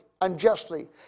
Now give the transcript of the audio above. unjustly